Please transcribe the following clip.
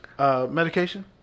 Medication